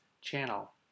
Channel